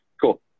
cool